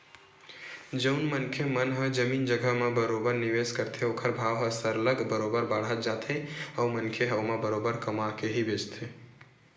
जउन मनखे मन ह जमीन जघा म बरोबर निवेस करथे ओखर भाव ह सरलग बरोबर बाड़त जाथे अउ मनखे ह ओमा बरोबर कमा के ही बेंचथे